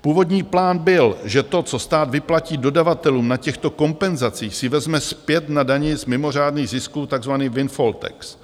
Původní plán byl, že to, co stát vyplatí dodavatelům na těchto kompenzacích, si vezme zpět na dani z mimořádných zisků, takzvaná windfall tax .